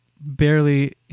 barely